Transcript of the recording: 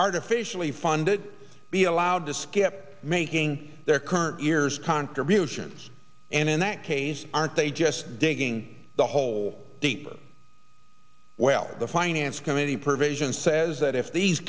artificially funded be allowed to skip making their current year's contributions and in that case aren't they just digging the hole deeper well the finance committee provision says that if these